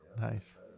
Nice